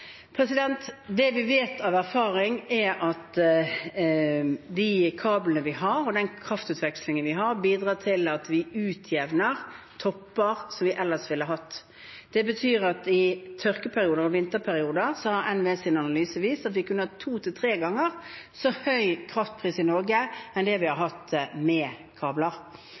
Det vi vet av erfaring, er at de kablene og den kraftutvekslingen vi har, bidrar til at vi utjevner topper som vi ellers ville ha hatt. Det betyr, noe NVEs analyse har vist, at i tørkeperioder og vinterperioder kunne vi ha hatt to til tre ganger høyere kraftpris i Norge enn det vi har hatt med kabler.